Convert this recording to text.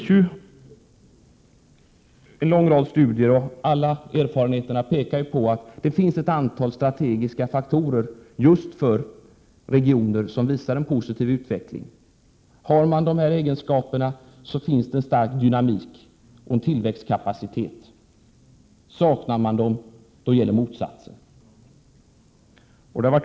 En lång rad studier och alla erfarenheter pekar ju på att det finns ett antal strategiska faktorer just för regioner som visar en positiv utveckling. Finns dessa faktorer, finns det också en stark dynamik och tillväxtkapacitet. Saknas dessa, då gäller motsatsen.